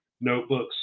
notebooks